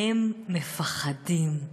"הם מפחדים".